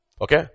Okay